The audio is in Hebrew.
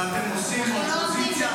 ואתם עושים באופוזיציה,